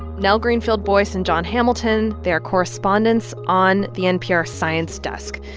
nell greenfieldboyce and jon hamilton, they are correspondents on the npr science desk.